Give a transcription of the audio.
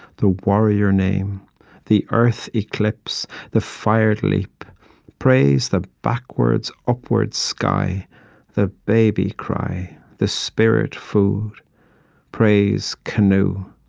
the warrior name the earth eclipse, the fired leap praise the backwards, upward sky the baby cry, the spirit food praise canoe,